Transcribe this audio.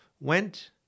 went